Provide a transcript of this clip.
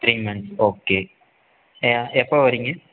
three months okay எப்போது வர்றீங்க